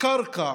קרקע